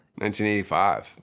1985